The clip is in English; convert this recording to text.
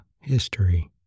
History